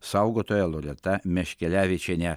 saugotoja loreta meškelevičienė